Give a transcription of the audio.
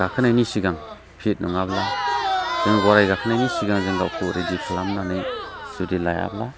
गाखोनायनि सिगां फिट नङाब्ला जोङो गराइ गाखोनायनि सिगां जों गावखौ रेडि खालामनानै जुदि लायाब्ला